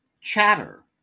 Chatter